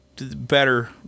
better